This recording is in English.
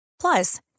Plus